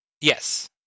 Yes